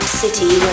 City